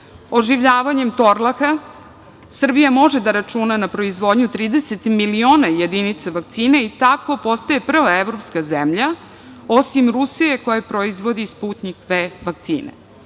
doza. Oživljavanjem „Torlaka“ Srbija može da računa na proizvodnju 30 miliona jedinica vakcine i tako postaje prva evropska zemlja, osim Rusije, koja proizvodi Sputnjik V vakcine.